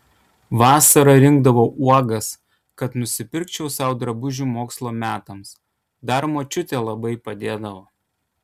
vasara rinkdavau uogas kad nusipirkčiau sau drabužių mokslo metams dar močiutė labai padėdavo